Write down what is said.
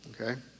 okay